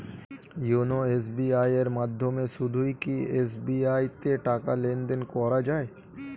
YONO SBI এর মাধ্যমে শুধুই কি এস.বি.আই তে টাকা লেনদেন করা যায়?